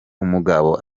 umugabo